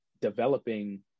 developing